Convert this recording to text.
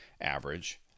average